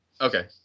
Okay